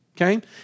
okay